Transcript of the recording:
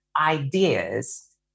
ideas